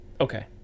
Okay